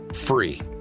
free